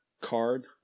card